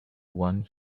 want